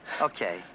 Okay